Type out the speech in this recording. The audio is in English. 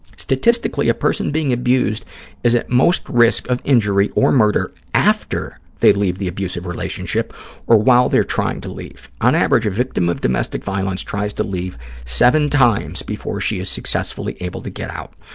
statistically, a person being abused is at most risk of injury or murder after they leave the abusive relationship or while they're trying to leave. on average, a victim of domestic violence tries to leave seven times before she is successfully able to get out.